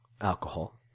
alcohol